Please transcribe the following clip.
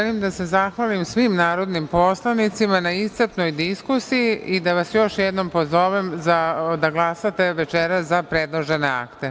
Želim da se zahvalim svim narodnim poslanicima na iscrpnoj diskusiji i da vas još jednom pozovem da glasate večeras za predložene akte.